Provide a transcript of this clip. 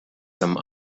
some